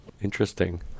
Interesting